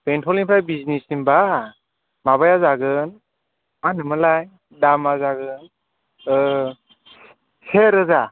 बेंथलनिफ्राय बिजिनिसिमब्ला माबाया जागोन मा होनोमोनलाय दामा जागोन से रोजा